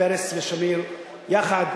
ושל פרס ושמיר יחד.